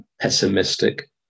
pessimistic